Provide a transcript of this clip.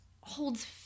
holds